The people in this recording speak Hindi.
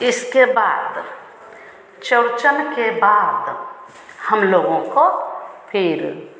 इसके बाद चौरचन के बाद हमलोगों को फिर